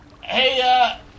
Hey